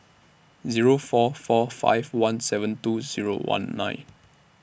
Zero four four five one seven two Zero one nine